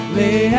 lay